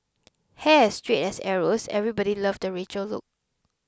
hair as straight as arrows everybody loved the Rachel look